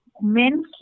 men